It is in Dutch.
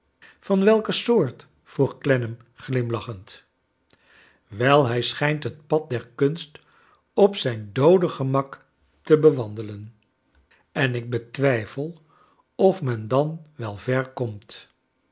van welke soort vroeg clennam glimlachend wel hij schijnt het pad der kunst op zijn doode gemak te bewandelen en ik betwijfel of men dan wel ver